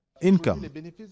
income